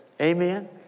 Amen